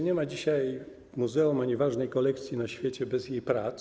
Nie ma dzisiaj muzeum ani ważnej kolekcji na świecie bez jej prac.